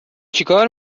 چیکار